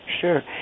sure